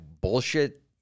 bullshit